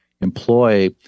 employ